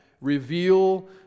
reveal